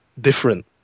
different